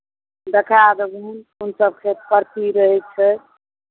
देखाय देबनि कोनसभ खेत परती रहै छै